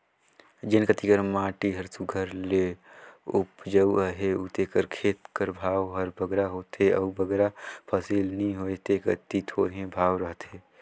जेन कती कर माटी हर सुग्घर ले उपजउ अहे उते कर खेत कर भाव हर बगरा होथे अउ बगरा फसिल नी होए ते कती थोरहें भाव रहथे